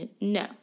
no